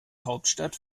hauptstadt